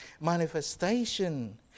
manifestation